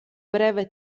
breve